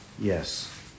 Yes